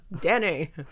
Danny